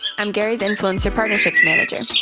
i'm gary's influencer partnerships manager.